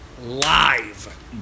live